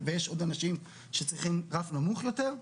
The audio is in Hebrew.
ויש עוד אנשים שצריכים נמוך יותר.